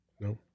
No